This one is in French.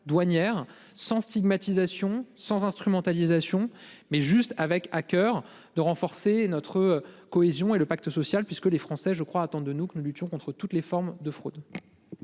douanières sans stigmatisation sans instrumentalisation mais juste avec à coeur de renforcer notre cohésion et le pacte social puisque les Français je crois attendent de nous que nous luttions contre toutes les formes de fraude.